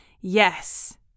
Yes